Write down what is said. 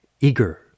eager